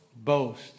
boast